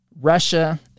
Russia